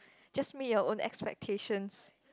just meet your own expectations